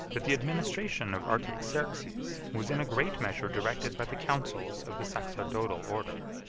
that the administration of artaxerxes was in a great measure directed by the counsels of the sacerdotal order,